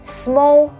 small